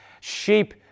sheep